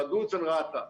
דוח רדוד של רת"א.